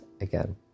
again